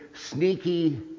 sneaky